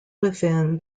within